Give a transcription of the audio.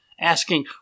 asking